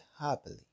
happily